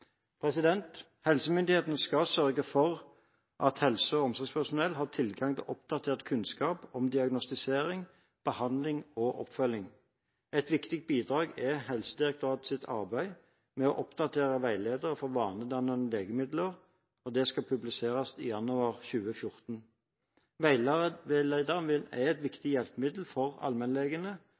Helsemyndighetene skal sørge for at helse- og omsorgspersonell har tilgang til oppdatert kunnskap om diagnostisering, behandling og oppfølging. Et viktig bidrag er Helsedirektoratets arbeid med å oppdatere veiledere for vanedannende legemidler. Dette skal publiseres i januar 2014. Veilederen er et viktig hjelpemiddel for allmennlegene,